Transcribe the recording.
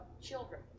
children